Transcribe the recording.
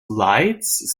lights